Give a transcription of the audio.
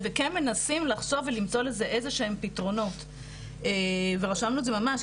וכן מנסים לחשוב ולמצוא לזה איזה שהם פתרונות ורשמנו את זה ממש,